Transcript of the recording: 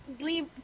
leave